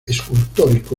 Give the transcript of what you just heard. escultórico